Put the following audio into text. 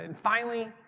and finally,